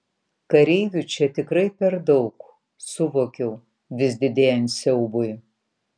kareivių čia tikrai per daug suvokiau vis didėjant siaubui